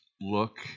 look